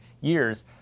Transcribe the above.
years